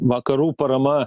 vakarų parama